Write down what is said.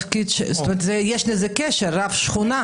יש לזה קשר, רב שכונה.